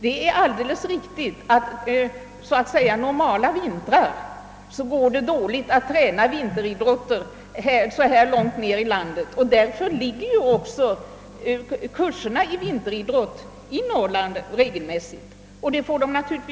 Det är alldeles riktigt att det under låt mig säga normala vintrar går dåligt att träna vinteridrotter så här långt ned i landet. Därför förläggs ju också kurserna i vinteridrott regelmässigt till Norrland.